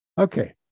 Okay